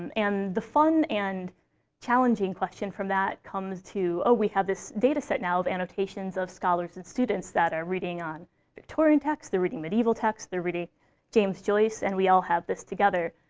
and the fun and challenging question from that comes to, oh, we have this data set now, with annotations of scholars and students that are reading on victorian texts. they're reading medieval texts. they're reading james joyce. and we all have this together.